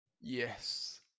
Yes